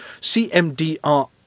Cmdr